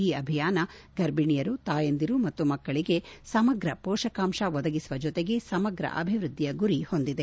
ಈ ಅಭಿಯಾನ ಗರ್ಭಿಣಿಯರು ತಾಯಂದಿರು ಮತ್ತು ಮಕ್ಕಳಿಗೆ ಸಮಗ್ರ ಪೋಷಕಾಂಶ ಒದಗಿಸುವ ಜೊತೆಗೆ ಸಮಗ್ರ ಅಭಿವೃದ್ದಿಯ ಗುರಿ ಹೊಂದಿದೆ